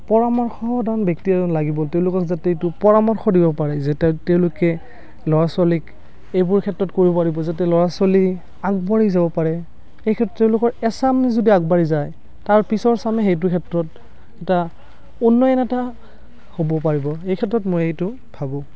পৰামৰ্শদান ব্য়ক্তি এজন লাগিব তেওঁলোকক যাতে এইটো পৰামৰ্শ দিব পাৰে যে তেওঁলোকে ল'ৰা ছোৱালীক এইবোৰ ক্ষেত্ৰত কৰিব পাৰিব যাতে ল'ৰা ছোৱালী আগবাঢ়ি যাব পাৰে সেইক্ষেত্ৰত তেওঁলোকৰ এচাম যদি আগবাঢ়ি যায় তাৰ পিছৰ চামে সেইটো ক্ষেত্ৰত এটা উন্নয়ন এটা হ'ব পাৰিব এইক্ষেত্ৰত মই এইটো ভাবোঁ